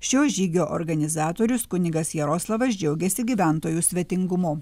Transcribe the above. šio žygio organizatorius kunigas jaroslavas džiaugiasi gyventojų svetingumu